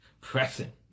Pressing